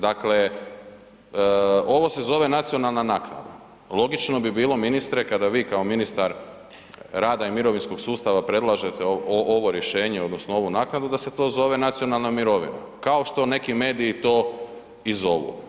Dakle, ovo se zove nacionalna naknada, logično bi bilo ministre, kada vi kao ministar rada i mirovinskog sustava predlažete ovo rješenje odnosno ovu naknadu, da se to zove nacionalna mirovina kao što neki mediji to i zovu.